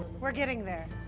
we're getting there.